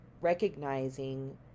recognizing